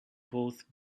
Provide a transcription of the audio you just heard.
both